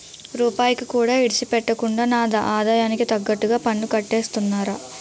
రూపాయికి కూడా ఇడిసిపెట్టకుండా నా ఆదాయానికి తగ్గట్టుగా పన్నుకట్టేస్తున్నారా